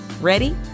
Ready